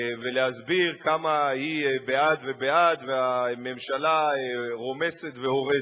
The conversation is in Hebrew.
ולהסביר כמה היא בעד ובעד והממשלה רומסת והורסת.